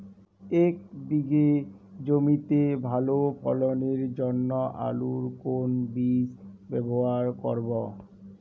এক বিঘে জমিতে ভালো ফলনের জন্য আলুর কোন বীজ ব্যবহার করব?